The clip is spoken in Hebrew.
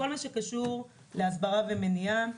בכל מה שקשור להסברה ומניעה: